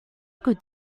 could